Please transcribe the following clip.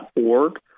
org